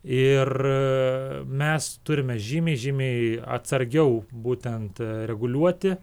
ir mes turime žymiai žymiai atsargiau būtent reguliuoti